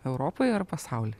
europoj ar pasauly